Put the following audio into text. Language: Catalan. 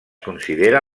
considera